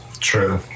True